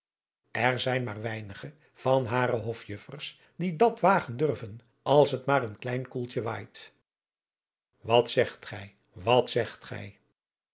er zijn maar weinige van hare hofjuffers die dat wagen durven als het maar een klein koeltje waait wat zegt gij wat zegt gij